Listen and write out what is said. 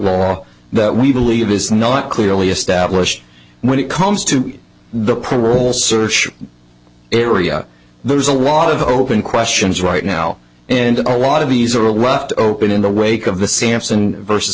long that we believe is not clearly established when it comes to the parole search area there's a lot of open questions right now and a lot of these are left open in the wake of the sampson versus